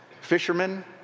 fishermen